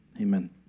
amen